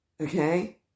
Okay